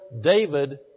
David